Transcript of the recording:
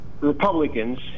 Republicans